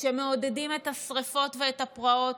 שמעודדים את השרפות ואת הפרעות,